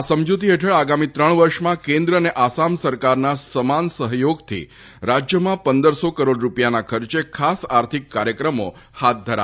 આ સમજુતી હેઠળ આગામી ત્રણ વર્ષમાં કેન્દ્ર અને આસામ સરકારના સમાન સહયોગથી રાજ્યમાં પંદરસો કરોડ રૂપિયાના ખર્ચે ખાસ આર્થિક કાર્યક્રમો હાથ ધરાશે